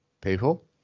people